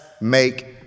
make